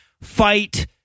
fight